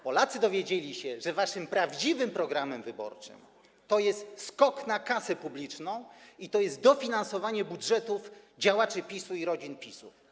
Polacy dowiedzieli się, że waszym prawdziwym programem wyborczym jest skok na kasę publiczną i dofinansowanie budżetów działaczy PiS-u i rodzin PiS-u.